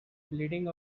bleeding